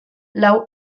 lau